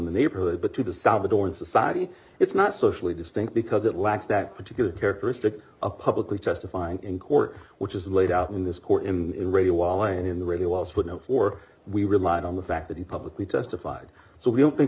the neighborhood but to the salvadoran society it's not socially distinct because it lacks that particular characteristic a publically testifying in court which is laid out in this court in radio wall and in the radio was footnotes or we relied on the fact that he publicly testified so we don't think